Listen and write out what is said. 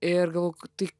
ir galvoju tai